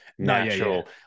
natural